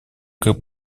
как